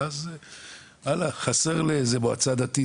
ואז חסר לאיזו מועצה דתית,